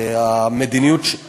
זו